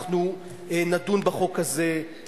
אז נמדדת גדולתה של המדינה,